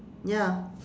ya